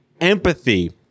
empathy